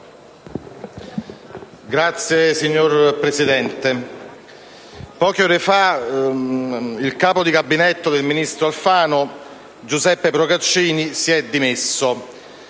Signor Presidente, poche ore fa il capo di Gabinetto del ministro Alfano, Giuseppe Procaccini, si è dimesso.